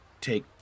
take